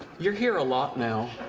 you're here a lot now.